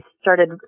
started